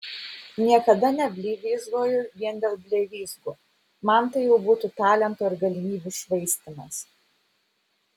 niekada neblevyzgoju vien dėl blevyzgų man tai jau būtų talento ir galimybių švaistymas